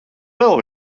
vēl